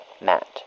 Matt